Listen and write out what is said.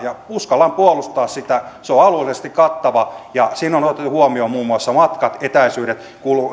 ja uskallan puolustaa sitä se on alueellisesti kattava ja siinä on otettu huomioon muun muassa matkat etäisyydet